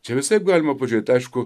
čia visaip galima pažiūrėt aišku